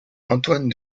antoine